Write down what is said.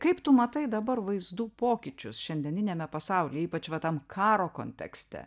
kaip tu matai dabar vaizdų pokyčius šiandieniniame pasaulyje ypač va tam karo kontekste